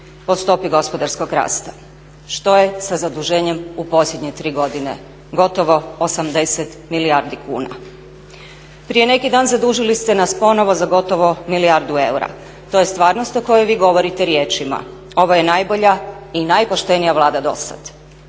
po stopi gospodarskog rasta. Što je sa zaduženjem u posljednje 3 godine gotovo 80 milijardi kuna? Prije neki dan zadužili ste nas za gotovo milijardu eura. To je stvarnost o kojoj vi govorite riječima, ovo je najbolja i najpoštenija Vlada do sada.